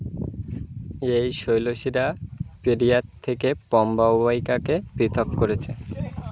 এই শৈলশিরা পেরিয়ার থেকে পাম্বা অববাহিকাকে পৃথক করেছে